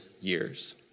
years